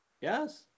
yes